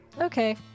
Okay